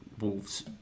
Wolves